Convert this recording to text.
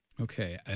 Okay